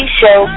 show